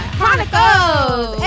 Chronicles